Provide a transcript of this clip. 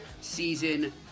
season